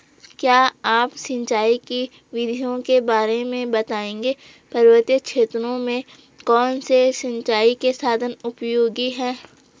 क्या आप सिंचाई की विधियों के बारे में बताएंगे पर्वतीय क्षेत्रों में कौन से सिंचाई के साधन उपयोगी हैं?